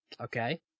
okay